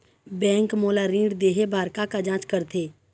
Bank मोला ऋण देहे बार का का जांच करथे?